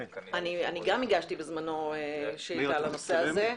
אני גם הגשתי בזמנו שאילתה לנושא הזה.